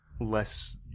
less